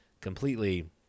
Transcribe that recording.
completely